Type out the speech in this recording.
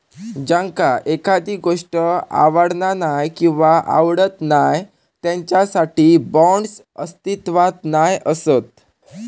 ज्यांका एखादी गोष्ट आवडना नाय किंवा आवडत नाय त्यांच्यासाठी बाँड्स अस्तित्वात नाय असत